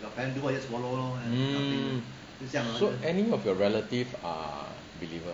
mm so any of your relative are believer